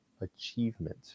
achievement